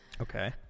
Okay